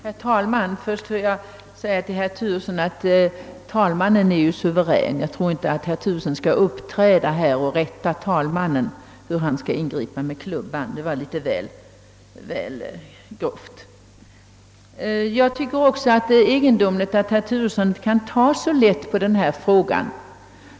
Herr talman! Först vill jag säga till herr Turesson att talmannen är suverän. Jag tror inte att herr Turesson skall uppträda här och rätta talmannen och förklara hur han skall ingripa med klubban. Det är litet väl grovt. Det är också egendomligt att herr Turesson kan ta så lätt på den fråga vi behandlar.